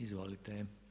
Izvolite.